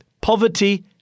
poverty